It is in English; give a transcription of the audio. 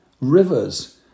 rivers